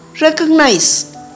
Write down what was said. recognize